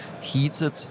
heated